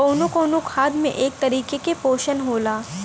कउनो कउनो खाद में एक तरीके के पोशन होला